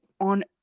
on